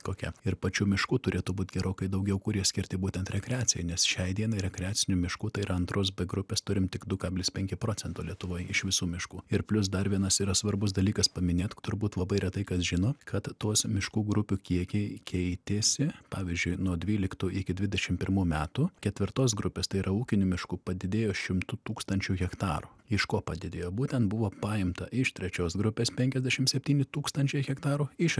kokia ir pačių miškų turėtų būt gerokai daugiau kurie skirti būtent rekreacijai nes šiai dienai rekreacinių miškų tai yra antros b grupės turim tik du kablis penki procento lietuvoj iš visų miškų ir plius dar vienas yra svarbus dalykas paminėt turbūt labai retai kas žino kad tuos miškų grupių kiekiai keitėsi pavyzdžiui nuo dvyliktų iki dvidešim pirmų metų ketvirtos grupės tai yra ūkinių miškų padidėjo šimtu tūkstančių hektarų iš ko padidėjo būtent buvo paimta iš trečios grupės penkiasdešim septyni tūkstančiai hektarų iš